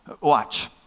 Watch